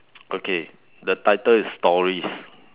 okay the title is stories